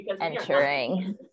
entering